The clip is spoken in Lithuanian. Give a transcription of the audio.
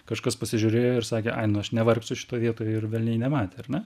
kažkas pasižiūrėjo ir sakė ai nu aš nevargsiu šitoj vietoj ir velniai nematė ar ne